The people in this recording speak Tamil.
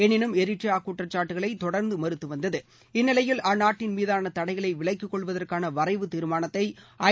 எனினும் எரித்ரியா குற்றக்சாட்டுகளை தொடர்ந்து மறுத்துவந்தது இந்நிலையில் அந்நாட்டின் மீதான தடைகளை விலக்கிக்கொள்வதாற்கான வரைவு தீர்மானத்தை ஐ